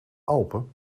alpen